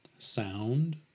sound